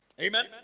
Amen